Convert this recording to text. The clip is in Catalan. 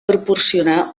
proporcionar